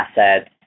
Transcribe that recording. assets